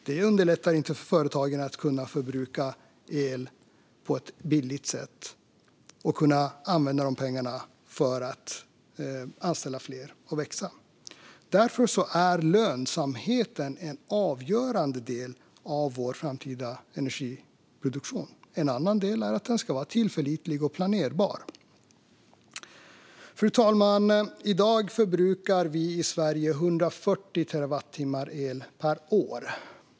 Det underlättar inte för företagen att kunna förbruka el på ett billigt sätt och kunna använda de pengarna för att anställa fler och växa. Därför är lönsamheten en avgörande del av vår framtida energiproduktion. En annan del är att den ska vara tillförlitlig och planerbar. Fru talman! I dag förbrukar vi i Sverige 140 terawattimmar el per år.